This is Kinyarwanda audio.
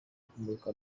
kumurika